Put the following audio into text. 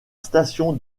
station